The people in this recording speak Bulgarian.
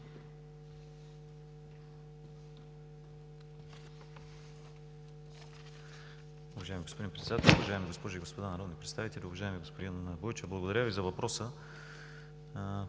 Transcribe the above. Уважаеми господин Председател, уважаеми госпожи и господа народни представители! Уважаеми господин Бойчев, благодаря Ви за въпроса.